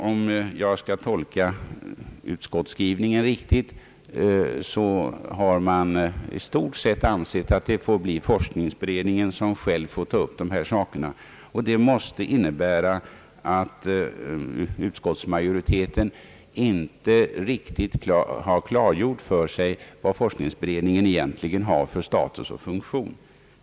Om jag skall tolka utskottsskrivningen riktigt, innebär den att utskottet i stort sett har ansett att det bör bli forskningsberedningen som själv får ta upp dessa saker. Detta måste betyda att utskottsmajoriteten inte riktigt har klargjort för sig vad forskningsberedningen egentligen har för status och funktion.